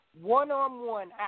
One-on-one